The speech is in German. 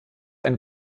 ein